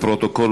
לפרוטוקול,